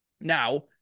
Now –